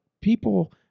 people